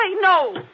No